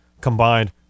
combined